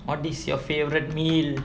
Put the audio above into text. what is your favourite meal